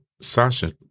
Sasha